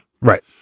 Right